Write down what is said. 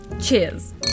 Cheers